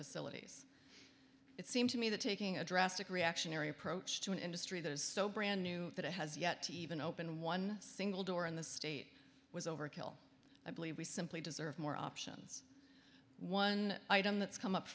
facilities it seems to me that taking a drastic reactionary approach to an industry that is so brand new that it has yet to even open one single door in the state was overkill i believe we simply deserve more options one item that's come up